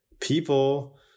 People